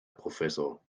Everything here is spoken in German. professor